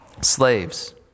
Slaves